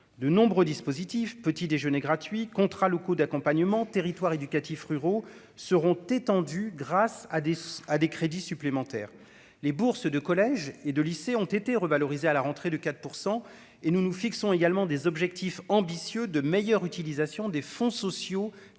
de nombreux dispositifs petits déjeuners gratuits, contrats locaux d'accompagnement territoire éducatif ruraux seront étendues grâce à des à des crédits supplémentaires, les bourses de collège et de lycée ont été revalorisés à la rentrée de 4 % et nous nous fixons également des objectifs ambitieux de meilleure utilisation des fonds sociaux